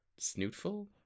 Snootful